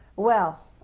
well.